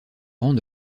rangs